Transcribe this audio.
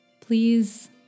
Please